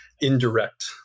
indirect